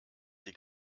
die